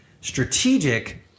Strategic